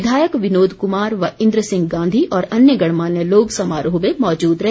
विधायक विनोद कुमार व इंद्र सिंह गांधी और अन्य गणमान्य लोग समारोह में मौजूद रहे